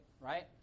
right